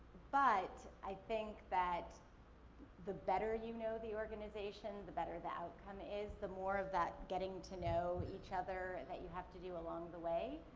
but, i think that the better you know the organization, the better the outcome is. the more of that getting to know each other you have to do along the way,